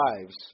lives